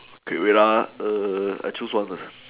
K wait ah err I choose one first